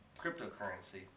cryptocurrency